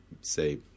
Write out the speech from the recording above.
say